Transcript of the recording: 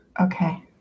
Okay